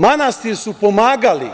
Manastir su pomagali